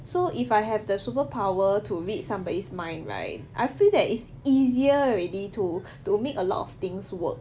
so if I have the superpower to read somebody's mind right I feel that it's easier already to to make a lot of things work